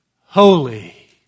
holy